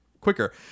quicker